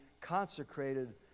Consecrated